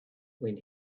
when